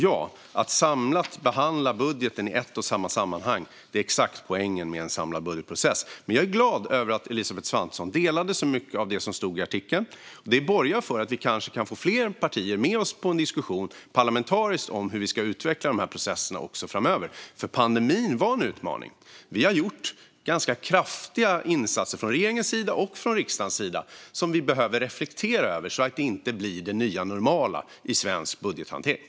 Ja, att behandla budgeten i ett och samma sammanhang är exakt poängen med en samlad budgetprocess. Jag är glad över att Elisabeth Svantesson delade mycket av det som stod i artikeln. Det borgar för att vi kanske kan få fler partier med oss på en parlamentarisk diskussion om hur vi ska utveckla dessa processer framöver, för pandemin var en utmaning. Vi har gjort ganska kraftiga insatser från regeringens sida och från riksdagens sida som vi behöver reflektera över, så att detta inte blir det nya normala i svensk budgethantering.